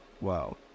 Wow